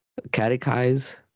catechize